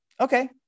okay